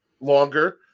longer